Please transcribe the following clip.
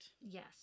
Yes